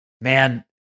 man